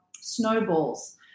snowballs